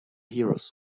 heroes